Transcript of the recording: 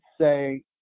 say